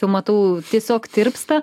jau matau tiesiog tirpsta